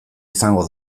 izango